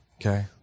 Okay